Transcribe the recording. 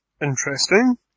Interesting